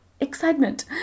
excitement